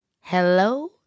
Hello